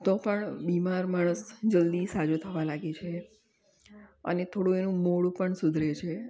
તો પણ બીમાર માણસ જલ્દી સાજો થવા લાગે છે અને થોડું એનું મોઢું પણ સુધરે છે